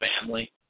family